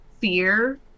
fear